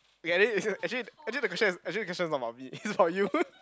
okay at least actually actually the questions is actually the question is not about me is about you